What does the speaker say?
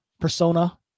persona